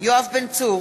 יואב בן צור,